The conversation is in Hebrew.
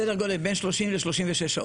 סדר גודל של בין 30 ל-36 שעות.